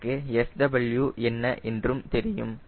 எனக்கு SW என்ன என்றும் தெரியும்